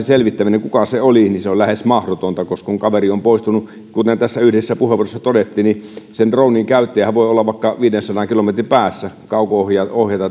selvittäminen kuka se oli on lähes mahdotonta kun kaveri on poistunut ja kuten tässä yhdessä puheenvuorossa todettiin niin sen dronen käyttäjähän voi olla vaikka viidensadan kilometrin päässä kauko ohjaamassa